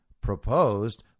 proposed